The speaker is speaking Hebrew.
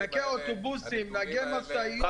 נהגי אוטובוסים, נהגי משאיות, מעורבים?